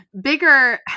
bigger